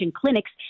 clinics